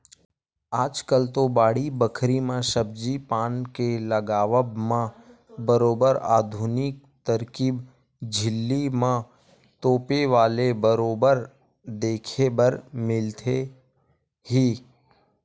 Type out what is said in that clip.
आजकल तो बाड़ी बखरी म सब्जी पान के लगावब म बरोबर आधुनिक तरकीब झिल्ली म तोपे वाले बरोबर देखे बर मिलथे ही